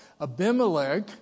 Abimelech